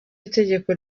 itegeko